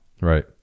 Right